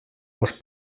els